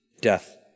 death